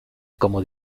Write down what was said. como